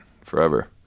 forever